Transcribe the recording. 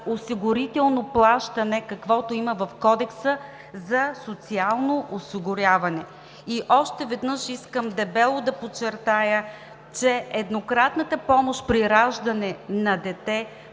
осигурително плащане, каквото има в Кодекса за социално осигуряване. Още веднъж искам дебело да подчертая, че еднократната помощ при раждане на дете